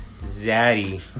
Zaddy